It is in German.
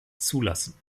zulassen